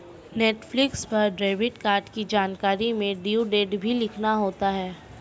Netflix पर debit card की जानकारी में ड्यू डेट भी लिखना होता है